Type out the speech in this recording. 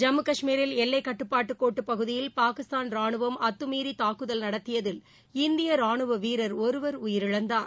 ஜம்மு காஷ்மீரில் எல்லைக்கட்டுப்பாட்டுகோட்டுப் பகுதியில் பாகிஸ்தான் ரானுவம் அத்தமீறி தாக்குதல் நடத்தியதில் இந்திய ராணுவ வீரர் ஒருவர் உயிரிழந்தார்